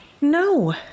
No